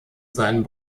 seinen